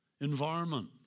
environment